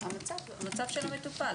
מצב המטופל,